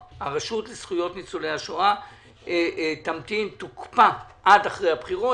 לזכויות ניצולי השואה תוקפא עד אחרי הבחירות,